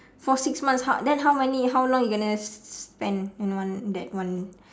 for six months how then how many how long you gonna spend in one that one